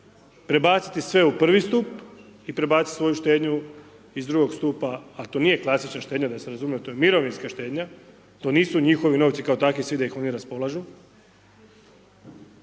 prebaciti sve u prvi stup i prebaciti svoju štednju iz drugog stupa ali to nije klasična štednja da se razumijemo, to je mirovinska štednja, to nisu njihovi novci kao takvi svi da ih oni raspolažu.